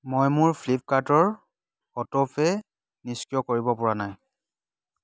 মই মোৰ ফ্লিপকাৰ্টৰ অটোপে' নিষ্ক্ৰিয় কৰিব পৰা নাই